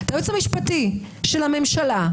היועץ המשפטי של הממשלה,